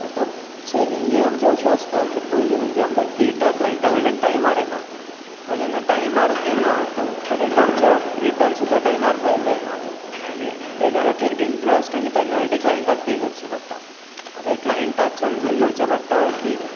आतां चॅलेन्जीस आमच्यो अश्यो आसतात की पयलीं म्हणजे आमकां डॅटा क्लांयटा कडल्यान टायमार येना तो जेन्ना टायमार येना तो पर्यंत आमचो रिटर्न सुद्दां टायमार फायल जायना आनी तेच्या खातीर इनट्रस्ट आनी पॅनल्टी क्लायंटाक पे करची पडटा आतां हें क्लांयटाक समजून घेवचें पडटा की